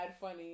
funny